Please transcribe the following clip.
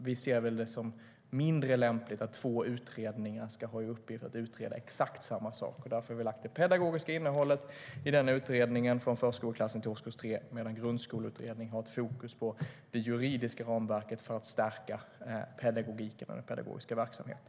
Vi ser det som mindre lämpligt att två utredningar ska ha i uppgift att utreda exakt samma sak, så därför har vi lagt det pedagogiska innehållet i utredningen från förskoleklass till årkurs 3, medan Grundskoleutredningen har fokus på det juridiska ramverket för att stärka pedagogiken och den pedagogiska verksamheten.